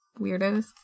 weirdos